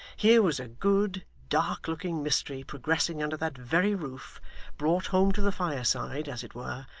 here was a good, dark-looking mystery progressing under that very roof brought home to the fireside, as it were,